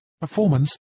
performance